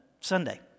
Sunday